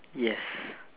yes